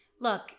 look